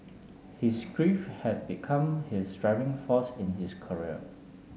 his grief had become his driving force in his career